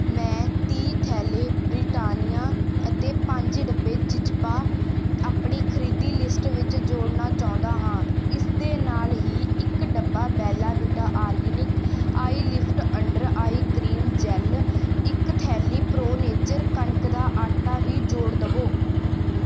ਮੈਂ ਤੀਹ ਥੈਲੈ ਬ੍ਰਿਟਾਨੀਆ ਅਤੇ ਪੰਜ ਡੱਬੇ ਚਿਜਪਾ ਅਪਣੀ ਖਰੀਦੀ ਲਿਸਟ ਵਿੱਚ ਜੋੜਨਾ ਚਾਹੁੰਦਾ ਹਾਂ ਇਸ ਦੇ ਨਾਲ ਹੀ ਇੱਕ ਡੱਬਾ Bella Vita organic eyelift under eye cream gel ਇੱਕ ਥੈਲੀ ਪ੍ਰੋ ਨੇਚਰ ਕਣਕ ਦਾ ਆਟਾ ਵੀ ਜੋੜ ਦਵੋ